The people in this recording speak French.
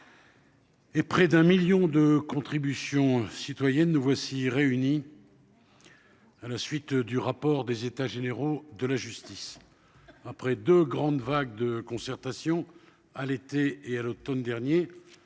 et près d'un million de contributions citoyennes ; après la remise du rapport du comité des États généraux de la justice ; après deux grandes vagues de concertations, à l'été et à l'automne derniers,